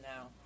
now